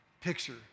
picture